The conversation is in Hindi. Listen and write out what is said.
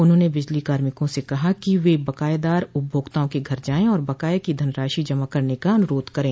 उन्होंने बिजली कार्मिकों से कहा कि वे बकायेदार उपभोक्ताओं के घर जाये और बकाये की धनराशि जमा करने का अनुरोध करे